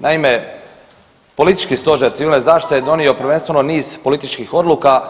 Naime, politički Stožer civilne zaštite je donio prvenstveno niz političkih odluka,